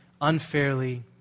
unfairly